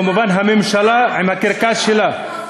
במובן הממשלה עם הקרקס שלה,